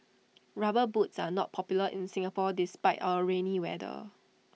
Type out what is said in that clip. rubber boots are not popular in Singapore despite our rainy weather